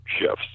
shifts